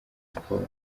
siporo